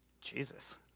Jesus